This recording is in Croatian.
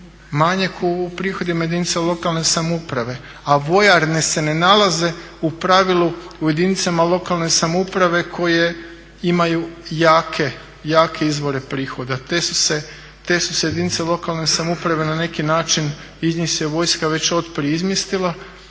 manjak u prihodima jedinica lokalne samouprave, a vojarne se ne nalaze u pravilu u jedinicama lokalne samouprave koje imaju jake izvore prihoda. Te su se jedinice lokalne samouprave na neki način iz njih se vojska već otprije izmjestila